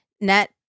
net